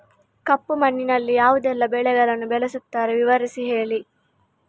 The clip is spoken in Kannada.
ಕಪ್ಪು ಮಣ್ಣಿನಲ್ಲಿ ಯಾವುದೆಲ್ಲ ಬೆಳೆಗಳನ್ನು ಬೆಳೆಸುತ್ತಾರೆ ವಿವರಿಸಿ ಹೇಳಿ